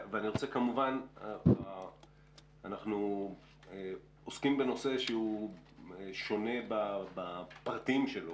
אנחנו עוסקים בנושא שהוא שונה בפרטים שלו,